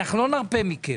לא נרפה מכם.